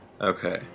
Okay